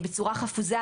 בצורה חפוזה,